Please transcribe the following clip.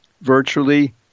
virtually